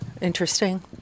Interesting